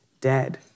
dead